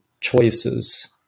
choices